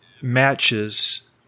matches